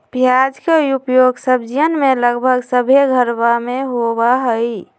प्याज के उपयोग सब्जीयन में लगभग सभ्भे घरवा में होबा हई